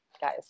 guys